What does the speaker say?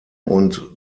und